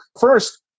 first